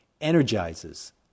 energizes